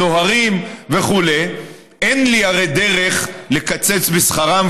סוהרים וכו'; אין לי הרי דרך לקצץ בשכרם,